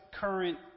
current